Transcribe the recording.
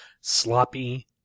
sloppy